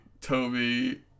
Toby